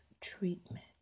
treatment